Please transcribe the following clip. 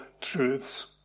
truths